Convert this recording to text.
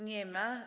Nie ma.